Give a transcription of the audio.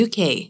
UK